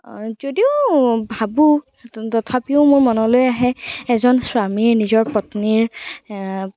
যদিও ভাবোঁ তথাপিও মোৰ মনলৈ আহে এজন স্বামীয়ে নিজৰ পত্নীৰ